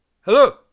Hello